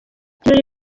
ibirori